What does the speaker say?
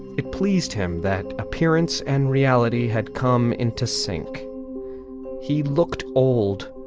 it pleased him that appearance and reality had come into sync he looked old,